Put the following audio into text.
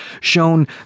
shown